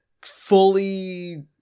fully